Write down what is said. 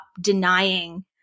denying